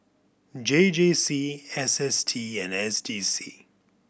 J J C S S T and S D C